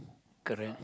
correct